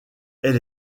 elle